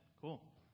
Cool